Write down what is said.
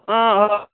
ꯑꯥ hello